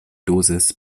dosis